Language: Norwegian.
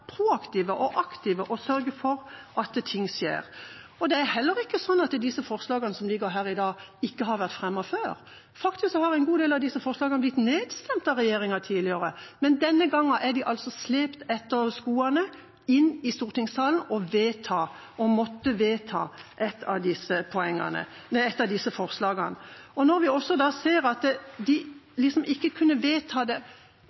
proaktive og aktive og sørge for at ting skjer. Det er heller ikke sånn at de forslagene som ligger her i dag, ikke har vært fremmet før – faktisk har en god del av dem tidligere blitt nedstemt av regjeringa. Men denne gangen er de altså blitt slept etter skoene inn i stortingssalen, der vi skal vedta et av disse forslagene. Når vi også ser at de ikke kunne vedta det for 2019, men måtte finne på å utsette det